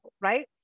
right